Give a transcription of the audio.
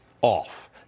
off